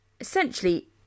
essentially